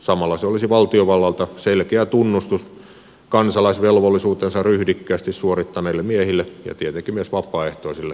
samalla se olisi valtiovallalta selkeä tunnustus kansalaisvelvollisuutensa ryhdikkäästi suorittaneille miehille ja tietenkin myös vapaaehtoisille naisille